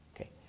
Okay